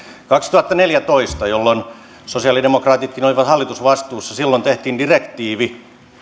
kaksituhattaneljätoista jolloin sosiaalidemokraatitkin olivat hallitusvastuussa tehtiin direktiivi